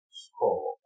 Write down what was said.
score